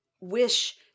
Wish